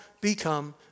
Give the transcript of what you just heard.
become